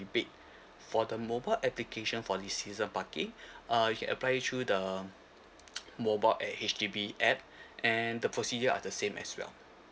rebate for the mobile application for this season parking uh you can apply it through the um mobile at H_D_B app and the procedure are the same as well